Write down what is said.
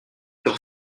pour